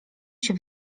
się